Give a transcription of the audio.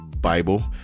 Bible